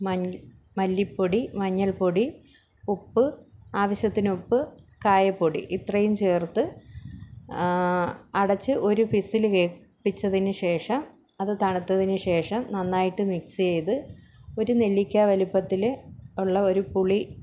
മഞ്ഞ മല്ലിപൊടി മഞ്ഞൾപ്പൊടി ഉപ്പ് ആവശ്യത്തിന് ഉപ്പ് കായപ്പൊടി ഇത്രയും ചേർത്ത് അടച്ച് ഒരു വിസില് കേൾപ്പിച്ചതിന് ശേഷം അത് തണുത്തതിന് ശേഷം നന്നായിട്ട് മിക്സ് ചെയ്ത് ഒരു നെല്ലിക്ക വലുപ്പത്തില് ഉള്ള ഒരു പുളി